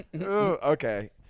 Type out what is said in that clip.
Okay